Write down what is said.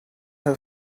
her